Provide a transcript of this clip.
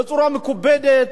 בצורה מכובדת,